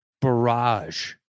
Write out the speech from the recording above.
barrage